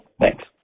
Thanks